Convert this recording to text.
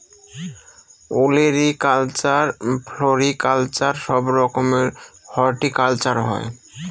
olericulture, floriculture সব রকমের horticulture হয়